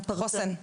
חוסן?